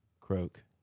croak